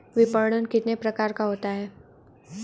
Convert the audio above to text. विपणन कितने प्रकार का होता है?